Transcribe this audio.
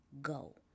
go